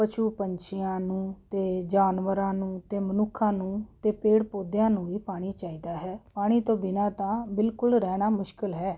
ਪਸ਼ੂ ਪੰਛੀਆਂ ਨੂੰ ਅਤੇ ਜਾਨਵਰਾਂ ਨੂੰ ਅਤੇ ਮਨੁੱਖਾਂ ਨੂੰ ਅਤੇ ਪੇੜ ਪੌਦਿਆਂ ਨੂੰ ਵੀ ਪਾਣੀ ਚਾਹੀਦਾ ਹੈ ਪਾਣੀ ਤੋਂ ਬਿਨਾ ਤਾਂ ਬਿਲਕੁਲ ਰਹਿਣਾ ਮੁਸ਼ਕਲ ਹੈ